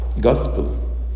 Gospel